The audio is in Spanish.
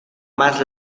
más